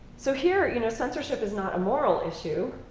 so here, you know, censorship is not a moral issue.